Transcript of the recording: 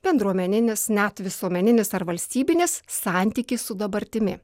bendruomeninis net visuomeninis ar valstybinis santykis su dabartimi